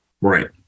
Right